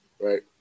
right